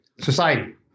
society